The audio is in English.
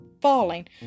falling